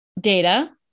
data